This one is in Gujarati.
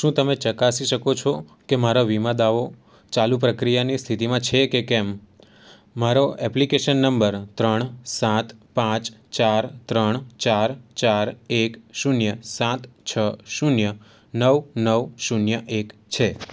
શું તમે ચકાસી શકો છો કે મારા વીમા દાવો ચાલુ પ્રક્રિયાની સ્થિતિમાં છે કે કેમ મારો એપ્લિકેશન નંબર ત્રણ સાત પાંચ ચાર ત્રણ ચાર ચાર એક શૂન્ય સાત છ શૂન્ય નવ નવ શૂન્ય એક છે